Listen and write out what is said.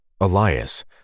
Elias